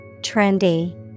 Trendy